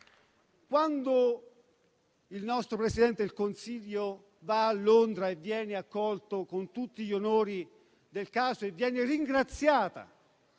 Quando il nostro Presidente del Consiglio a Londra viene accolto con tutti gli onori del caso e ringraziato